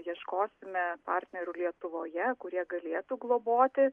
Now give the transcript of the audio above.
ieškosime partnerių lietuvoje kurie galėtų globoti